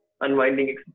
unwinding